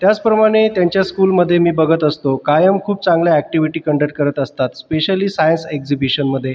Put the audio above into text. त्याचप्रमाणे त्यांच्या स्कूलमध्ये मी बघत असतो कायम खूप चांगल्या ॲक्टिव्हिटी कंडक्ट करत असतात स्पेशली सायन्स एक्झिबिशनमध्ये